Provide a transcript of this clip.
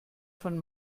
von